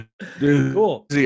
Cool